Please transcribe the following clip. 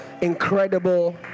incredible